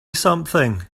something